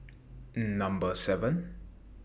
Number seven